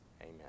Amen